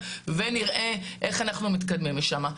הטלפוני, והם יראו איך הם מתקדמים משם.